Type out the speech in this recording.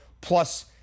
plus